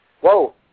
Whoa